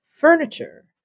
Furniture